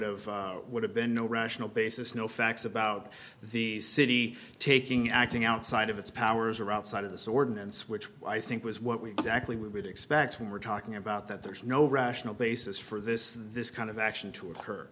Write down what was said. have would have been no rational basis no facts about the city taking acting outside of its powers or outside of this ordinance which i think was what we exactly would expect when we're talking about that there is no rational basis for this this kind of action to occur